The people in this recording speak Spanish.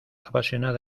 apasionada